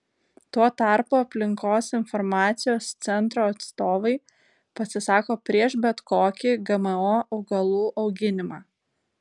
tuo tarpu aplinkos informacijos centro atstovai pasisako prieš bet kokį gmo augalų auginimą